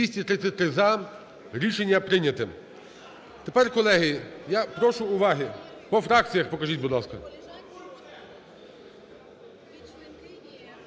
За-233 Рішення прийнято. Тепер, колеги, я прошу уваги. По фракціях покажіть, будь ласка.